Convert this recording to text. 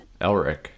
Elric